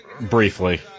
Briefly